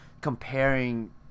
comparing